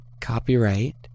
copyright